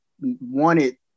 wanted